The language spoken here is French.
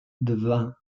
devint